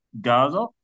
Gaza